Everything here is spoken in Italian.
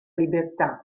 libertà